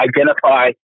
identify